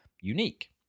unique